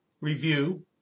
Review